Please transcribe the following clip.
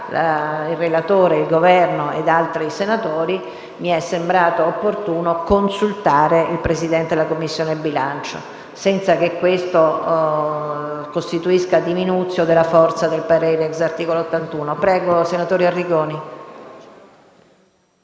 il relatore, il Governo ed altri senatori, mi è sembrato opportuno consultare il Presidente della Commissione bilancio, senza che questo costituisca una *diminutio* della forza del parere *ex* articolo 81.